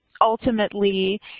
Ultimately